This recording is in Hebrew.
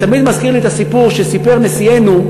זה תמיד מזכיר לי את הסיפור שסיפר נשיאנו,